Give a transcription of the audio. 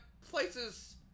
places